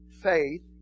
Faith